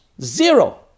Zero